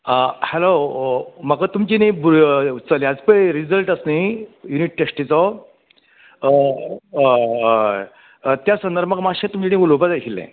आं हेलो म्हाका तुमचे न्ही भु चल्याचो पय रिजल्ट आसा न्ही यूनीट टेस्टीचो होय होय त्या संदर्भांत म्हाका मात्शें तुमचे कडेन उलोवपाक जाय आशिल्लें